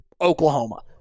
Oklahoma